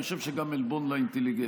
ואני חושב שגם עלבון לאינטליגנציה.